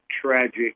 tragic